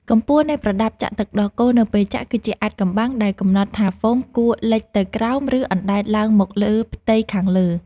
កម្ពស់នៃប្រដាប់ចាក់ទឹកដោះគោនៅពេលចាក់ គឺជាអាថ៌កំបាំងដែលកំណត់ថាហ្វូមគួរលិចទៅក្រោម ឬអណ្តែតឡើងមកលើផ្ទៃខាងលើ។